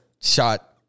Shot